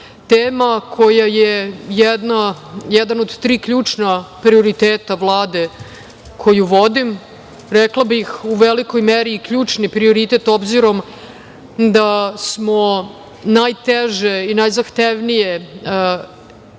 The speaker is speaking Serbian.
tema koja je jedan od tri ključna prioriteta Vlade koju vodim, rekla bih u velikoj meri i ključni prioritet, obzirom da smo najteže i najzahtevnije